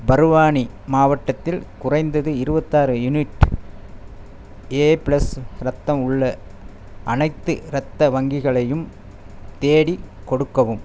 பர்வானி மாவட்டத்தில் குறைந்தது இருபத்தாறு யூனிட் ஏ ப்ளஸ் ரத்தம் உள்ள அனைத்து ரத்த வங்கிகளையும் தேடிக் கொடுக்கவும்